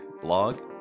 blog